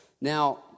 Now